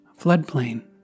floodplain